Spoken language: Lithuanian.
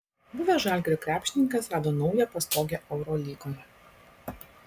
buvęs žalgirio krepšininkas rado naują pastogę eurolygoje